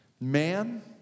man